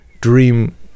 dream